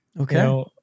Okay